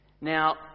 Now